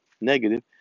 negative